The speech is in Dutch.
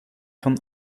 van